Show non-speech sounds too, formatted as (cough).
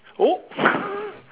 oh (laughs)